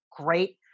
great